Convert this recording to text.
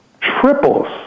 triples